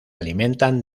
alimentan